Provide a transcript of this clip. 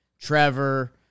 Trevor